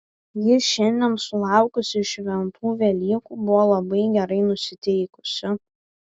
ji šiandien sulaukusi šventų velykų buvo labai gerai nusiteikusi